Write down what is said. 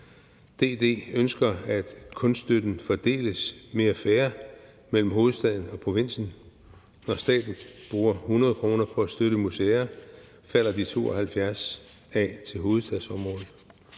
DD ønsker, at kunststøtten fordeles mere fair mellem hovedstaden og provinsen. Når staten bruger 100 kr. på at støtte museer, falder 72 kr. af til hovedstadsområdet.